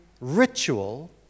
ritual